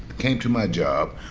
came to my job.